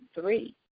three